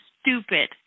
stupid